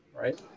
right